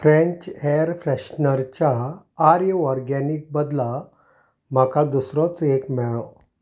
frank air फ्रॅशनरच्या आर्य organic बदला म्हाका दुसरोच एक मेळ्ळो